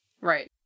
Right